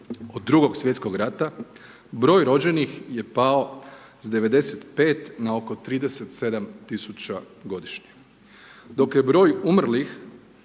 od Drugog svjetskog rata broj rođenih je pao sa 95 na oko 37 tisuća godišnje. Dok je broj umrlih